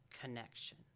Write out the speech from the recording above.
connection